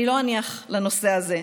אני לא אניח לנושא הזה.